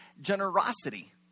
generosity